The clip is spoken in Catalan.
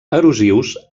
erosius